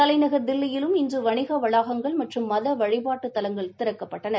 தலைநகள் தில்லியிலும் இன்று வணிக வளாகங்கள் மற்றும் மதவழிபாட்டுத் தலங்கள் திறக்கப்பட்டன